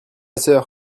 sœur